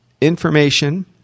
information